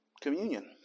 communion